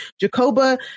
Jacoba